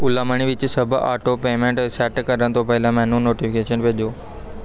Ola money ਵਿੱਚ ਸਭ auto payment set ਕਰਨ ਤੋਂ ਪਹਿਲਾਂ ਮੈਨੂੰ ਨੋਟੀਫਿਕੇਸ਼ਨ ਭੇਜੋ